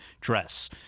dress—